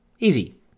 Easy